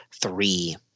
three